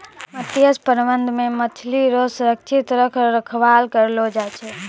मत्स्य प्रबंधन मे मछली रो सुरक्षित रख रखाव करलो जाय छै